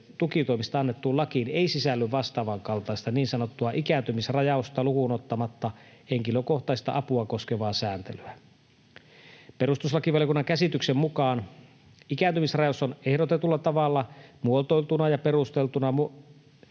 tukitoimista annettuun lakiin ei sisälly vastaavankaltaista niin sanottua ikääntymisrajausta lukuun ottamatta henkilökohtaista apua koskevaa sääntelyä. Perustuslakivaliokunnan käsityksen mukaan ikääntymisrajaus, nyt ehdotetulla tavalla muotoiltuna ja perusteltuna, muodostuu